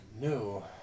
No